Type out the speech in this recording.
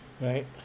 right